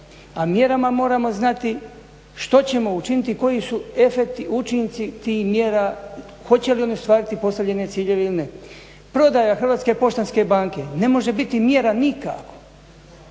a mjerama moramo znati što ćemo učiniti i koji su efekti, učinci tih mjera hoće li one ostvariti postavljene ciljeve ili ne. Prodaja HPB-a ne može biti mjera nikako.